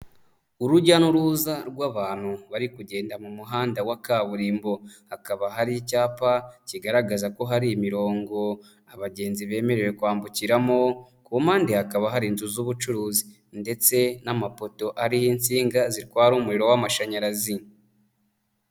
Urujya n'uruza rw'abantu bari kugenda mu muhanda wa kaburimbo, hakaba hari icyapa kigaragaza ko hari imirongo abagenzi bemerewe kwambukiramo, ku mpande hakaba hari inzu z'ubucuruzi ndetse n'amapoto ariho insinga zitwara umuriro w'amashanyarazi.